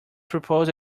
propose